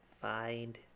Find